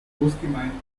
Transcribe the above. großgemeinden